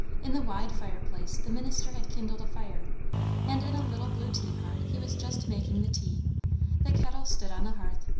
in the wide fireplace the minister had kindled a fire and in a little blue teapot he was just making the tea the kettle stood on the hearth.